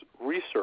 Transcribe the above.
research